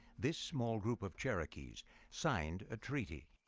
this small group of cherokees signed a treaty.